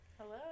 Hello